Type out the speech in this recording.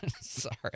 Sorry